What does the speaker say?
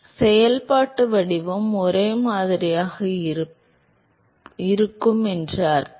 எனவே செயல்பாட்டு வடிவம் ஒரே மாதிரியாக இருப்பதால் என்றும் அர்த்தம்